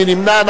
מי נמנע?